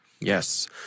Yes